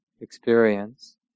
experience